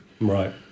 Right